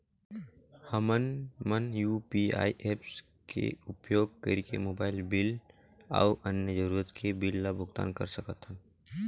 हमन मन UPI apps के उपयोग करिके मोबाइल बिल अऊ अन्य जरूरत के बिल ल भुगतान कर सकथन